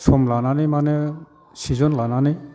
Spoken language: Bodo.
सम लानानै मानि सिजन लानानै